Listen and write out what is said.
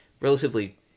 relatively